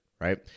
right